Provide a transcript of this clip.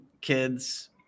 kids